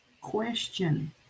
Question